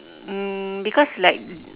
um because like